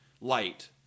light